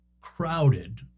crowded